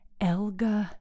Elga